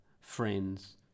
friends